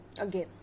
again